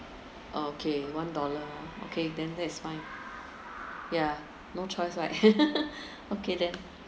okay one dollar okay then that's fine ya no choice right okay then